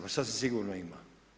Pa sasvim sigurno ima.